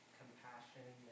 compassion